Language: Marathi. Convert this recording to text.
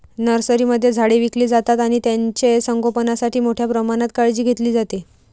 नर्सरीमध्ये झाडे विकली जातात आणि त्यांचे संगोपणासाठी मोठ्या प्रमाणात काळजी घेतली जाते